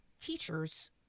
teachers